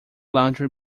laundry